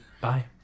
Bye